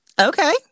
Okay